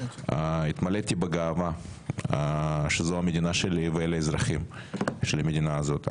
התמלאתי בגאווה שזו המדינה שלי ואלה האזרחים של המדינה הזאת.